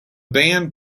band